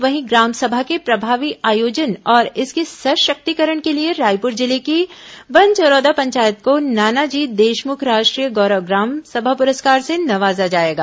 वहीं ग्राम सभा के प्रभावी आयोजन और इसके सशक्तिकरण के लिए रायपुर जिले की बनचरौदा पंचायत को नानाजी देशमुख राष्ट्रीय गौरव ग्राम सभा पुरस्कार से नवाजा जाएगा